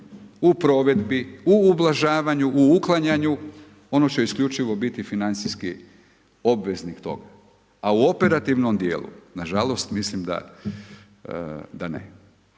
u provedbi, u ublažavanju, u uklanjanju, ono će isključivo biti financijski obveznik tog, a u operativnom djelu nažalost mislim da ne.